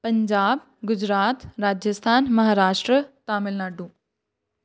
Punjab Gujarat Rajasthan Maharashtra Tamil Nadu